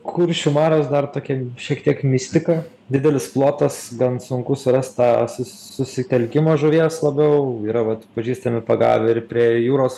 kuršių marios dar tokia šiek tiek mistika didelis plotas gan sunku surast tą susitelkimą žuvies labiau yra vat pažįstami pagavę ir prie jūros